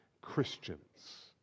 Christians